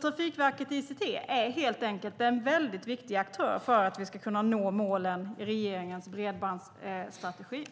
Trafikverket ICT är helt enkelt en viktig aktör för att vi ska nå målen i regeringens bredbandsstrategi.